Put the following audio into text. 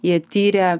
jie tyrė